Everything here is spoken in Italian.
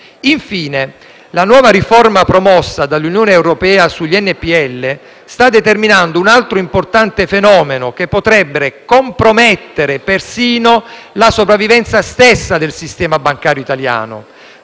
Infine, la nuova riforma promossa dall'Unione europea sugli NPL sta determinando un altro importante fenomeno che potrebbe compromettere persino la sopravvivenza stessa del sistema bancario italiano.